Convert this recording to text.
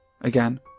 Again